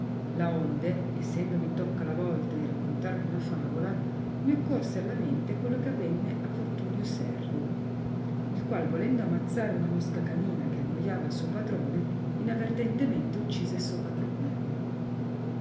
sanno laonde essendomi tocca la volta di raccontarvi una favola mi occorse alla mente quello che avenne a fortunio servo il qual volendo amazzare una mosca canina che annoiava il suo patrone inavertentemente uccise esso patrone